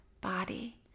body